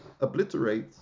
obliterate